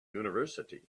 university